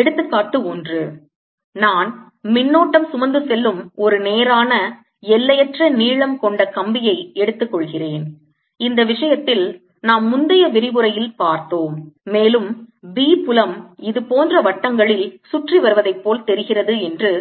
எடுத்துக்காட்டு 1 நான் மின்னோட்டம் சுமந்து செல்லும் ஒரு நேரான எல்லையற்ற நீளம் கொண்ட கம்பியை எடுத்துக் கொள்கிறேன் இந்த விஷயத்தில் நாம் முந்தைய விரிவுரையில் பார்த்தோம் மேலும் B புலம் இது போன்ற வட்டங்களில் சுற்றி வருவதைப் போல் தெரிகிறது என்று